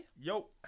yo